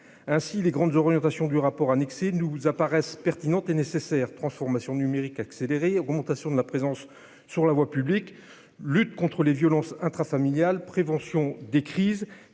ainsi les grandes orientations du rapport annexé nous vous apparaissent pertinente et nécessaire transformation numérique, augmentation de la présence sur la voie publique, lutte contre les violences intrafamiliales prévention des crises